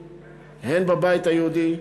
הן בליכוד, הן בבית היהודי: